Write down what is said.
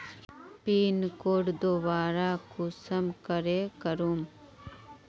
Pin code दोबारा कुंसम करे करूम?